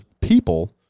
people